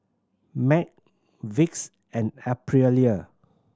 MAG Vicks and Aprilia